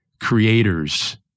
creators